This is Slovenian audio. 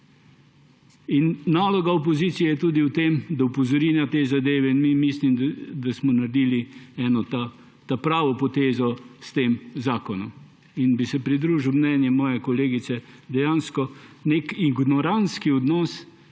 In naloga opozicije je tudi v tem, da opozori na te zadeve. Mislim, da smo naredili eno pravo potezo s tem zakonom, in bi se pridružil mnenju moje kolegice, dejansko nek ignorantski odnos